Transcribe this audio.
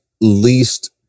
least